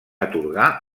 atorgar